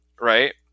Right